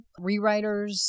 rewriters